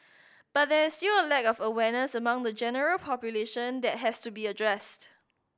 but there is still a lack of awareness among the general population that has to be addressed